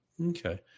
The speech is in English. Okay